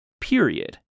period